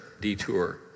detour